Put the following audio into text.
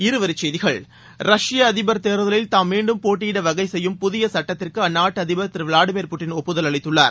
இருவரிசெய்கிகள் ரஷ்ய அதிபர் தேர்தலில் தாம் மீண்டும் போட்டியிடவகைசெய்யும் புதியசுட்டத்திற்குஅந்நாட்டுஅதிபர் திருவிளாடிமிர் புட்டின் ஒப்புதல் அளித்துள்ளார்